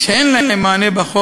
אין ספק בכך.